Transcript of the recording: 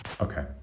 Okay